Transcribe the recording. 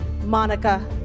Monica